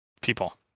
people